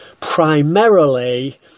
primarily